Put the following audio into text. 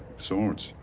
swords.